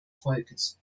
volkes